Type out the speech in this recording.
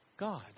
God